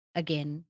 again